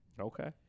Okay